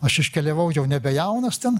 aš iškeliavau jau nebejaunas ten